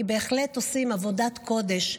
כי בהחלט עושים עבודת קודש.